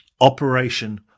Operation